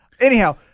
Anyhow